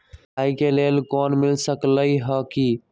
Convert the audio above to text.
पढाई के लेल लोन मिल सकलई ह की?